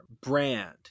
brand